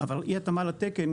אבל אי התאמה לתקן,